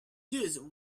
used